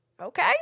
Okay